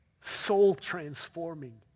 soul-transforming